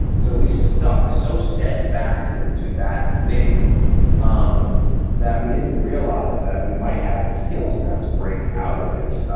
so we stuck so steadfastly to that thing um that we didn't realize that we might have the skills now to break out of it.